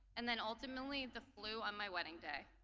and then ultimately the flu on my wedding day.